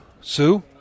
Sue